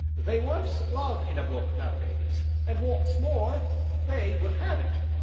they wants love in a book nowadays, and wot's more they will have it.